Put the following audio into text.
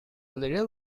little